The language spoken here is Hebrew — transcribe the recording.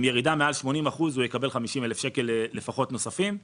עם ירידה של יותר מ-80% הוא יקבל 50,000 שקל נוספים לפחות.